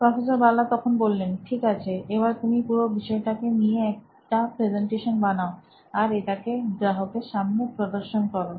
professor Bala ঠিক আছে এবার তুমি পুরো বিষয়টাকে নিয়ে একটা প্রেজেন্টেশন বানাও আর এটাকে গ্রাহকের সামনে প্রদর্শন করো